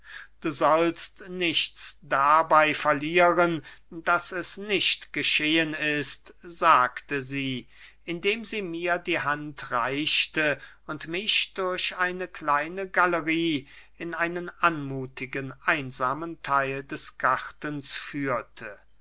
du sollst nichts dabey verlieren daß es nicht geschehen ist sagte sie indem sie mir die hand reichte und mich durch eine kleine galerie in einen anmuthigen einsamen theil des gartens führte